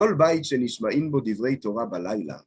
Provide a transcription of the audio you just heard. כל בית שנשמעים בו דברי תורה בלילה